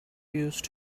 used